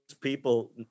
people